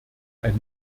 ein